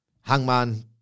Hangman